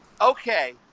okay